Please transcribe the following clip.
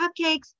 cupcakes